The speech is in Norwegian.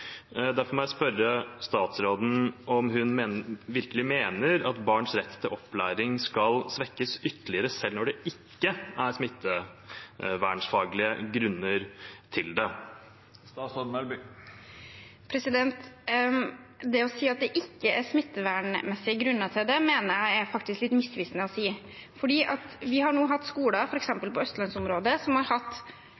Derfor må jeg spørre statsråden om hun virkelig mener at barns rett til opplæring skal svekkes ytterligere selv når det ikke er smittevernfaglige grunner til det. Det å si at det ikke er smittevernmessige grunner til det, mener jeg er litt misvisende. Vi har nå hatt skoler,